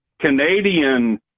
Canadian